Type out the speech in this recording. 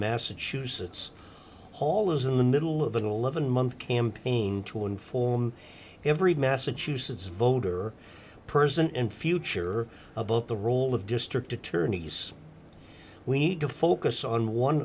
massachusetts hall is in the middle of an eleven month campaign to inform every massachusetts voter person and future about the role of district attorneys we need to focus on one